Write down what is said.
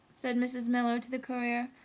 said mrs. miller to the courier.